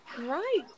right